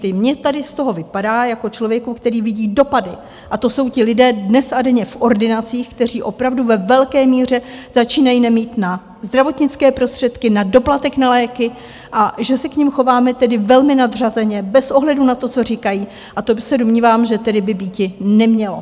I mně tady z toho vypadá jako člověku, který vidí dopady, a to jsou ti lidé dnes a denně v ordinacích, kteří opravdu ve velké míře začínají nemít na zdravotnické prostředky, na doplatek na léky, a že se k nim chováme tedy velmi nadřazeně, bez ohledu na to, co říkají, a to se domnívám, že tedy by býti nemělo.